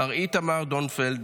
מר איתמר דוננפלד,